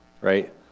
right